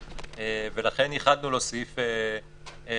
ולכן ייחדנו לו סעיף נפרד.